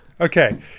okay